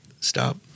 Stop